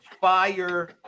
fire